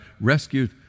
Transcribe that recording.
rescued